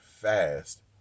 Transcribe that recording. fast